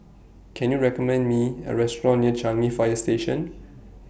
Can YOU recommend Me A Restaurant near Changi Fire Station